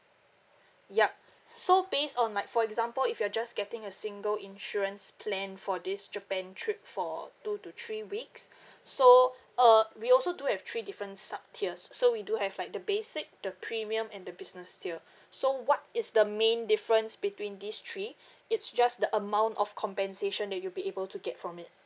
yup so based on like for example if you are just getting a single insurance plan for this japan trip for two to three weeks so uh we also do have three different sub tiers so we do have like the basic the premium and the business tier so what is the main difference between these three it's just the amount of compensation that you'll be able to get from it